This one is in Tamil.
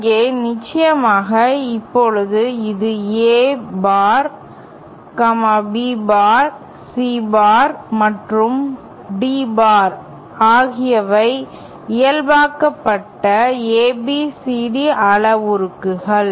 இங்கே நிச்சயமாக இப்போது இது A bar B bar C bar மற்றும் D பார் ஆகியவை இயல்பாக்கப்பட்ட ABCD அளவுருக்கள்